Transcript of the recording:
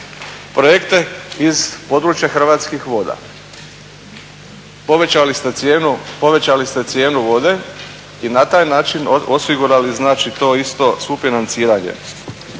projekte iz područja Hrvatskih voda. Povećali ste cijenu vode i na taj način osigurali znači to isto sufinanciranje.